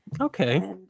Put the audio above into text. Okay